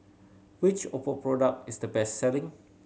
which Oppo product is the best selling